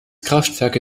kraftwerke